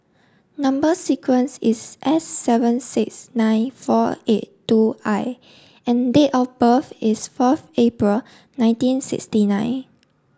number sequence is S seven six nine four eight two I and date of birth is fourth April nineteen sixty nine